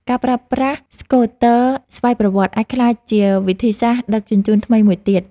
ការប្រើប្រាស់ស្កូទ័រស្វ័យប្រវត្តិ អាចក្លាយជាវិធីសាស្ត្រដឹកជញ្ជូនថ្មីមួយទៀត។